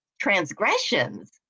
transgressions